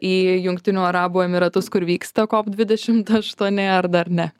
į jungtinių arabų emyratus kur vyksta kop dvidešimt aštuoni ar dar ne